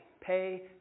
Pay